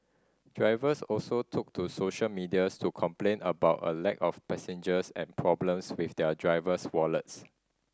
drivers also took to social medias to complain about a lack of passengers and problems with their driver's wallets